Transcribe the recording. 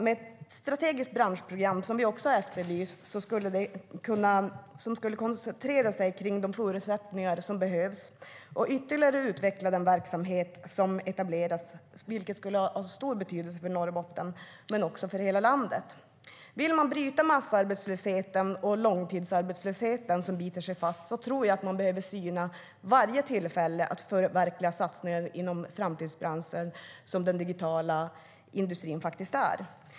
Ett strategiskt branschprogram, som vi har efterlyst, som koncentrerar sig kring de förutsättningar som behövs och ytterligare utvecklar den verksamhet som etablerats skulle ha stor betydelse för Norrbotten men också för hela landet. Vill man bryta massarbetslösheten och långtidsarbetslösheten som biter sig fast tror jag att man behöver syna varje tillfälle att förverkliga satsningar inom framtidsbranscher - den digitala industrin är faktiskt en sådan.